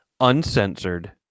uncensored